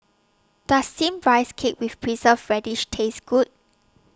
Does Steamed Rice Cake with Preserved Radish Taste Good